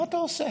מה אתה עושה?